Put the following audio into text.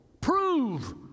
prove